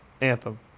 Anthem